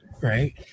right